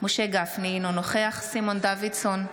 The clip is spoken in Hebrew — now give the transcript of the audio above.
משה גפני, אינו נוכח סימון דוידסון,